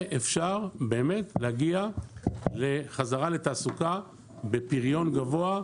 אפשר להגיע חזרה לתעסוקה בפריון גבוה,